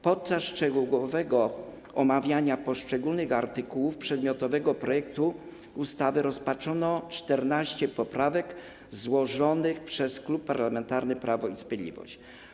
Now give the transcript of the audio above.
Podczas szczegółowego omawiania poszczególnych artykułów przedmiotowego projektu ustawy rozpatrzono 14 poprawek złożonych przez Klub Parlamentarny Prawo i Sprawiedliwość.